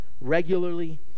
regularly